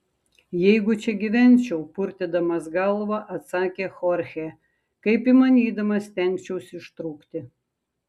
jeigu čia gyvenčiau purtydamas galvą atsakė chorchė kaip įmanydamas stengčiausi ištrūkti